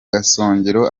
gasongero